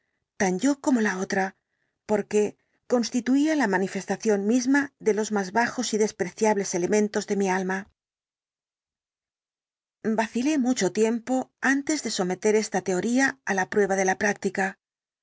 tan yo como la otra porque constituía la manifestación misma de los más bajos y despreciables elementos de mi alma vacilé mucho tiempo antes de someter esta teoría á la prueba de la práctica